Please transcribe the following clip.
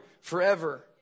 forever